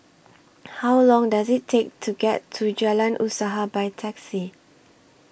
How Long Does IT Take to get to Jalan Usaha By Taxi